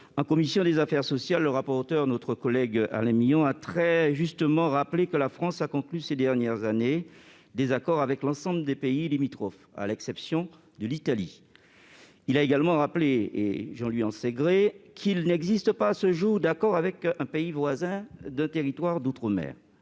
En commission des affaires sociales, M. le rapporteur pour avis a très justement rappelé que la France avait conclu, ces dernières années, de tels accords avec l'ensemble des pays limitrophes de l'Hexagone, à l'exception de l'Italie. Il a également rappelé, ce dont je lui sais gré, qu'il n'existait pas à ce jour d'accord avec un pays voisin d'un territoire d'outre-mer.